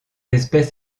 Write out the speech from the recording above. espèce